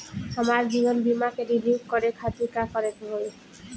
हमार जीवन बीमा के रिन्यू करे खातिर का करे के होई?